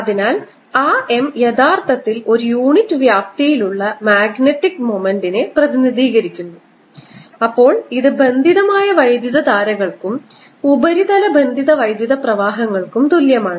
അതിനാൽ ആ M യഥാർത്ഥത്തിൽ ഒരു യൂണിറ്റ് വ്യാപ്തിയിൽ ഉള്ള മാഗ്നറ്റിക് മൊമെന്റ്നെ പ്രതിനിധീകരിക്കുന്നു അപ്പോൾ ഇത് ബന്ധിതമായ വൈദ്യുതധാരകൾക്കും ഉപരിതല ബന്ധിത പ്രവാഹങ്ങൾക്കും തുല്യമാണ്